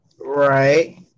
Right